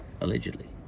allegedly